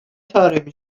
طارمی